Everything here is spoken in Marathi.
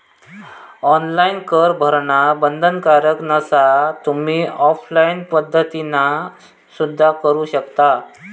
ऑनलाइन कर भरणा बंधनकारक नसा, तुम्ही ऑफलाइन पद्धतीना सुद्धा करू शकता